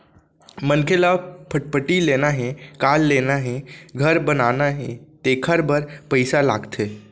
मनखे ल फटफटी लेना हे, कार लेना हे, घर बनाना हे तेखर बर पइसा लागथे